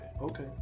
okay